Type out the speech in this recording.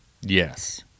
yes